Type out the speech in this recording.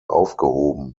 aufgehoben